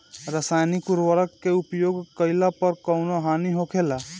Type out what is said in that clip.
रसायनिक उर्वरक के उपयोग कइला पर कउन हानि होखेला?